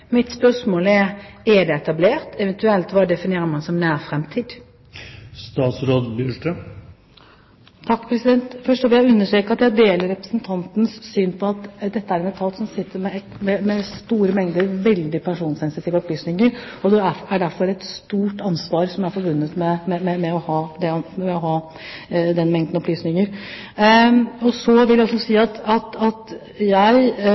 Mitt spørsmål er: Er det etablert? Eventuelt: Hva definerer man som «nær fremtid»? Først vil jeg understreke at jeg deler representantens syn på at dette er en etat som sitter med store mengder personsensitive opplysninger. Det er derfor et stort ansvar som er forbundet med å ha den mengden opplysninger. Jeg vil også si at jeg følger opp dette veldig klart i styringsdialogen med direktøren, og jeg har altså mottatt denne rapporten som viser at man jobber mye med dette. Men jeg